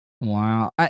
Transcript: Wow